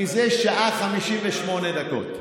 מזה שעה ו-58 דקות.